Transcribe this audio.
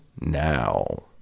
now